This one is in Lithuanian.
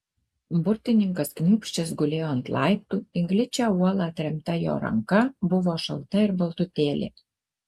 burtininkas kniūbsčias gulėjo ant laiptų į gličią uolą atremta jo ranka buvo šalta ir baltutėlė